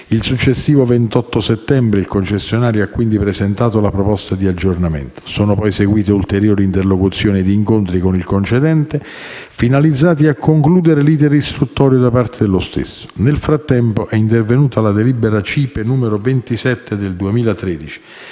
Il successivo 28 settembre il concessionario ha quindi presentato la proposta di aggiornamento. Sono poi seguite ulteriori interlocuzioni e incontri con il concedente finalizzati a concludere l'*iter* istruttorio da parte dello stesso. Nel frattempo è intervenuta la delibera CIPE n. 27 del 2013,